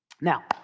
Now